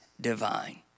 divine